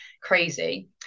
crazy